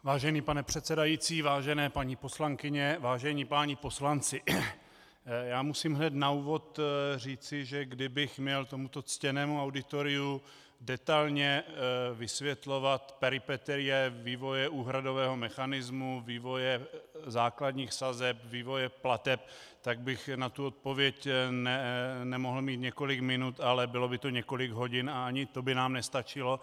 Vážený pane předsedající, vážené paní poslankyně, vážení páni poslanci, musím hned na úvod říci, že kdybych měl tomuto ctěnému auditoriu detailně vysvětlovat peripetie vývoje úhradového mechanismu, vývoje základních sazeb, vývoje plateb, tak bych na tu odpověď nemohl mít několik minut, ale bylo by to několik hodin, a ani to by nám nestačilo.